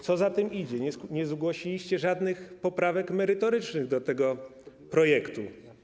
Co za tym idzie, nie zgłosiliście żadnych poprawek merytorycznych do tego projektu.